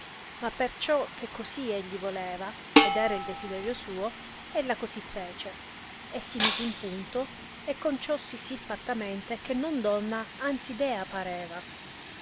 ma perciò che così egli voleva ed era il desiderio suo ella così fece e si mise in punto e conciossi sì fattamente che non donna anzi dea pareva